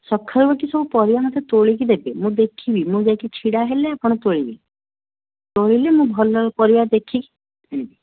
ସଖାଳୁ ଉଠି ସବୁ ପରିବା ଟିକିଏ ତୋଳିକି ଦେବେ ମୁଁ ଦେଖିବି ମୁଁ ଯାଇକି ଛିଡ଼ାହେଲେ ଆପଣ ତୋଳିବେ ତୋଳିଲେ ମୁଁ ଭଲ ପରିବା ଦେଖିକି ଆଣିବି